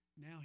Now